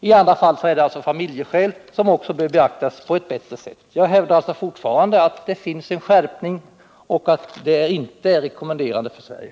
I andra fall är det fråga om familjeskäl, som också bör beaktas på ett bättre sätt. Jag hävdar alltså fortfarande att det finns en skärpning och att det inte är rekommenderande för Sverige.